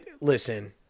Listen